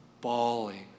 bawling